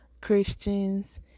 Christians